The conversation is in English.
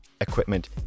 equipment